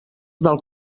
del